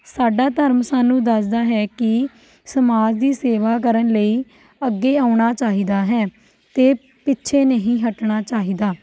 ਸਾਡਾ ਧਰਮ ਸਾਨੂੰ ਦੱਸਦਾ ਹੈ ਕਿ ਸਮਾਜ ਦੀ ਸੇਵਾ ਕਰਨ ਲਈ ਅੱਗੇ ਆਉਣਾ ਚਾਹੀਦਾ ਹੈ ਅਤੇ ਪਿੱਛੇ ਨਹੀਂ ਹੱਟਣਾ ਚਾਹੀਦਾ